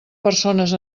persones